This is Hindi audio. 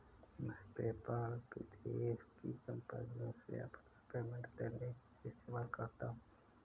मैं पेपाल विदेश की कंपनीयों से अपना पेमेंट लेने के लिए इस्तेमाल करता हूँ